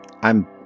I'm-